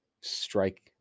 strike